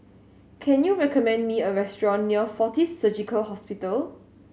can you recommend me a restaurant near Fortis Surgical Hospital